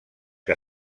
que